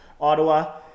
Ottawa